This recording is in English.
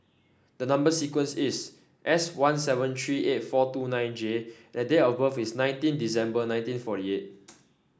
the number sequence is S one seven three eight four two nine J and date of birth is twenty nine December nineteen forty eight